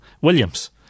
Williams